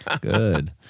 good